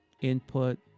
input